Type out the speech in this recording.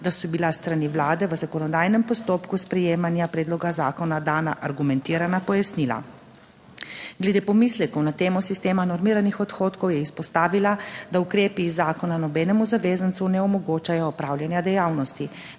da so bila s strani Vlade v zakonodajnem postopku sprejemanja predloga zakona dana argumentirana pojasnila. Glede pomislekov na temo sistema normiranih odhodkov je izpostavila, da ukrepi iz zakona nobenemu zavezancu ne omogočajo opravljanja dejavnosti.